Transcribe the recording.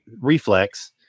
reflex